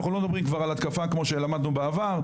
אנחנו לא מדברים כבר על התקפה כמו שלמדנו בעבר,